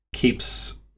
Keeps